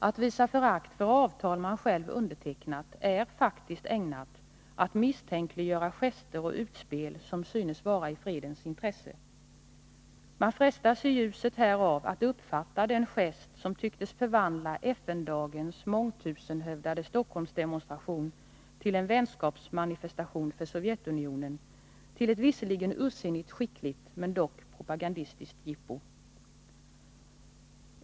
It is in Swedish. Att visa förakt för avtal man själv undertecknat är faktiskt ägnat att misstänkliggöra gester och utspel som synes vara i fredens intresse. Man frestas i ljuset härav att uppfatta den gest som tycktes förvandla FN-dagens mångtusenhövdade Stockholmsdemonstration till en vänskapsmanifestation för Sovjetunionen, som ett visserligen ursinningt skickligt, men dock propagandistiskt jippo.